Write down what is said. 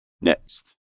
next